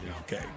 Okay